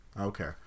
Okay